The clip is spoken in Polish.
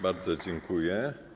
Bardzo dziękuję.